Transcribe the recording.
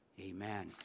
amen